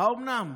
האומנם?